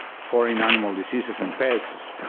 foreign animal diseases and pests,